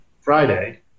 Friday